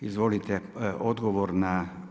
Izvolite odgovor na